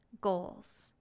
goals